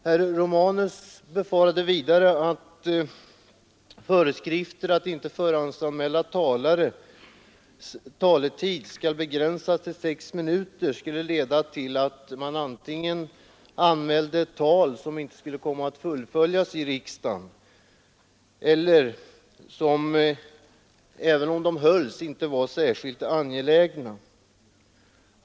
Herr Romanus befarade vidare att föreskriften att inte förhandsanmälda talares taletid skall begränsas till 6 minuter skulle leda till att man anmälde tal som antingen inte skulle komma att hållas i riksdagen eller som, även om de hölls, inte var särskilt angelägna.